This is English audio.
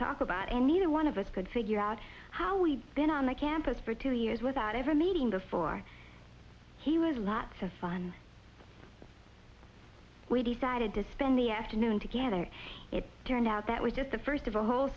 talk about and neither one of us could figure out how we'd been on the campus for two years without ever meeting before he was lots of fun we decided to spend the afternoon together it turned out that was just the first of a whole